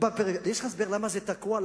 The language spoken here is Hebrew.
יש לך הסבר למה זה תקוע?